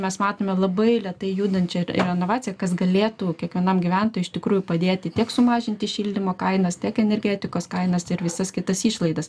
mes matome labai lėtai judančią renovaciją kas galėtų kiekvienam gyventojui iš tikrųjų padėti tiek sumažinti šildymo kainas tiek energetikos kainas ir visas kitas išlaidas